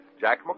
Jack